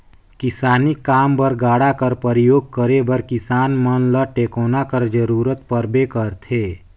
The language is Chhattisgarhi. किसानी काम बर गाड़ा कर परियोग करे बर किसान मन ल टेकोना कर जरूरत परबे करथे